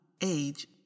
age